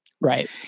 Right